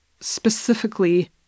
specifically